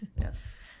Yes